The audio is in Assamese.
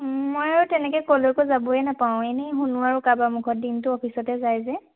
মই আৰু তেনেকে ক'লৈকৈ যাবই নাপাওঁ এনেই শুনো আৰু কাৰোবাৰ মুুখত দিনটো অফিচতে যায় যে